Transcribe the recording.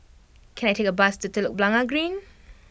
can I take a bus to Telok Blangah Green